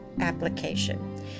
application